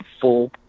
full